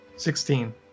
Sixteen